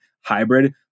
hybrid